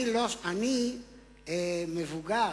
אני מבוגר,